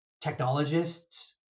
technologists